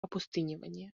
опустынивания